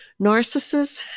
Narcissists